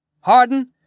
Harden